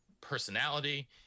personality